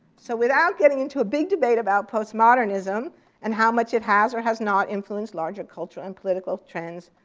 so without getting into a big debate about postmodernism and how much it has or has not influenced larger cultural and political trends,